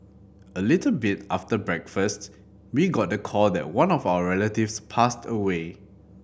a little bit after breakfast we got the call that one of our relatives passed away